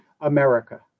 America